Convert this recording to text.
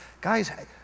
Guys